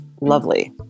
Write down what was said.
lovely